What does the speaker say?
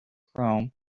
chrome